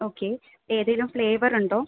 okay ഏതെങ്കിലും flavour ഉണ്ടോ